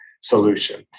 solution